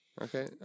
Okay